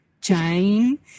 Jane